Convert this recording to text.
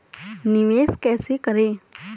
निवेश कैसे करें?